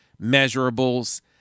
measurables